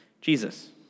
Jesus